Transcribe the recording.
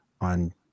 on